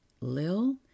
Lil